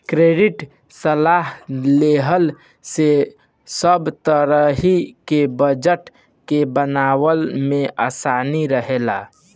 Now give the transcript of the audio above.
credit सलाह लेहला से सब तरही के बजट के बनवला में आसानी रहेला